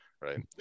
right